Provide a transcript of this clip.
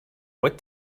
what